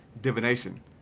divination